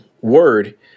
word